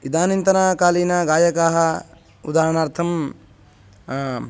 इदानीन्तनाकालीनगायकाः उदाहरणार्थं